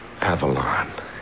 Avalon